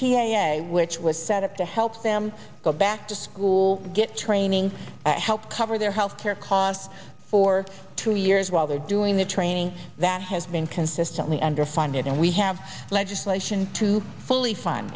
which was set up to help them go back to school get training and help cover their health care costs for two years while they're doing the training that has been consistently underfunded and we have legislation to fully fun